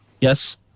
Yes